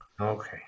Okay